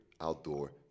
Outdoor